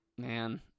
Man